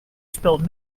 spilt